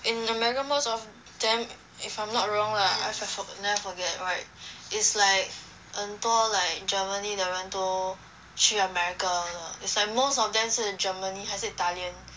in america most of them if I'm not wrong lah if I for~ never forget right is like 很多 like germany 的人都去 america 了 it's like most of them 是 germany 还是 italian